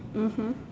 mmhmm